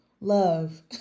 love